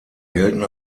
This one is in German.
gelten